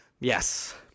yes